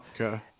Okay